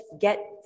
get